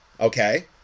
Okay